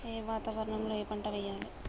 ఏ వాతావరణం లో ఏ పంట వెయ్యాలి?